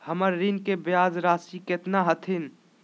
हमर ऋण के ब्याज रासी केतना हखिन?